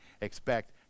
expect